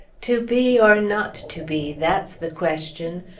to be, or not to be that's the question.